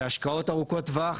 זה השקעות ארוכות טווח,